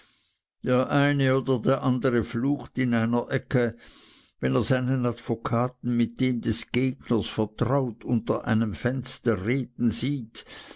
der eine oder der andere flucht in einer ecke wenn er seinen advokaten mit dem des gegners vertraut unter einem fenster reden sieht